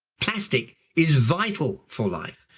plastic is vital for life.